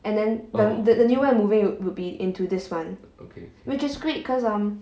and then the the new where I'm moving will be into this one which is great because um